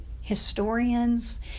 historians